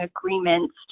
agreements